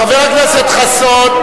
חבר הכנסת חסון.